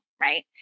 right